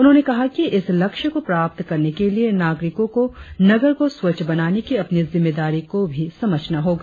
उन्होंने कहा कि इस लक्ष्य को प्राप्त करने के लिए नागरिकों को नगर को स्वच्छ बनाने की अपनी जिम्मेदारी को भी समझना होगा